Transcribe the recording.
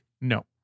No